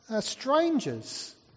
strangers